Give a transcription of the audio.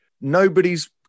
Nobody's